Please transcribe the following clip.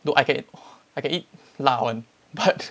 though I can I can eat 辣 [one] but